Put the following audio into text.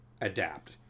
adapt